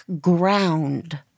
ground